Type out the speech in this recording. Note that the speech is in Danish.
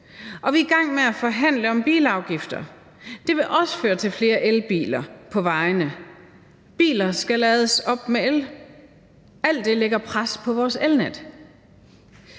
Og vi er i gang med at forhandle om bilafgifter. Det vil også føre til flere elbiler på vejene; bilerne skal lades op med el. Alt det lægger pres på vores elnet.